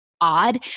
odd